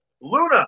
Luna